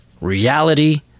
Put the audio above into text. reality